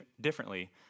differently